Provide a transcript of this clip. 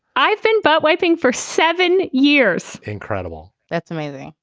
i've been but wiping for seven years incredible. that's amazing.